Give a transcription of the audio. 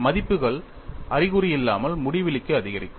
மதிப்புகள் அறிகுறியில்லாமல் முடிவிலிக்கு அதிகரிக்கும்